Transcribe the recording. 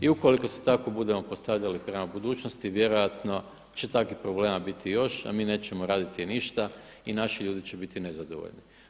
I ukoliko se tako budemo postavljali prema budućnosti vjerojatno će takvih problema biti još a mi nećemo raditi ništa i naši ljudi će biti nezadovoljni.